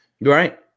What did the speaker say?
right